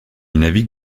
navigue